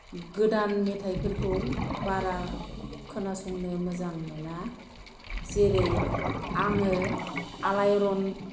गोदान मेथायफोरखौ बारा खोनासंनो मोजां मोना जेरै आङो आलायरन